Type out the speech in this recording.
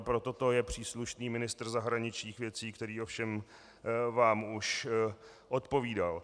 Pro toto je příslušný ministr zahraničních věcí, který ovšem vám už odpovídal.